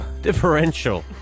differential